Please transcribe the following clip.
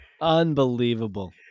Unbelievable